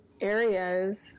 areas